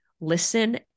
listen